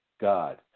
god